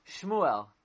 Shmuel